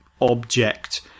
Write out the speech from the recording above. object